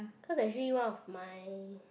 cause actually one of my